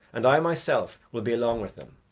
and i myself will be along with them.